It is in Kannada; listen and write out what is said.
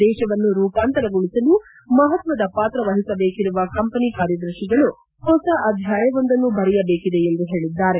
ದೇಶವನ್ನು ರೂಪಾಂತರಗೊಳಿಸಲು ಮಪತ್ವದ ಪಾತ್ರ ವಹಿಸಬೇಕಿರುವ ಕಂಪನಿ ಕಾರ್ಯದರ್ಶಿಗಳು ಹೊಸ ಅಧ್ಯಾಯವೊಂದನ್ನು ಬರೆಯಬೇಕಿದೆ ಎಂದು ಹೇಳಿದ್ದಾರೆ